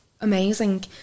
amazing